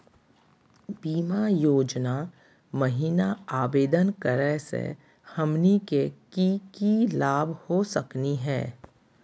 बीमा योजना महिना आवेदन करै स हमनी के की की लाभ हो सकनी हे?